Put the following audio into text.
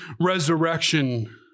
resurrection